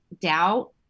doubt